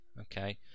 okay